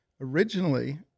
originally